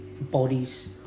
bodies